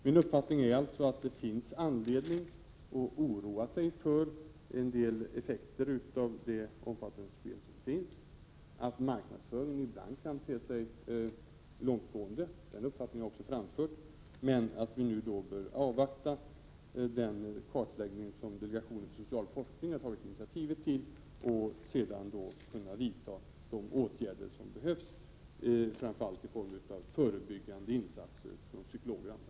Min uppfattning är alltså att det finns anledning att oroa sig för en del effekter av de omfattande möjligheter till spel som finns och att marknadsföringen ibland kan te sig långtgående. Den uppfattningen har jag också framfört, men vi bör avvakta den kartläggning som delegationen för social forskning har tagit initiativ till. Sedan får vi vidta de åtgärder som behövs, framför allt i form av förebyggande insatser från psykologer och andra.